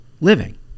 living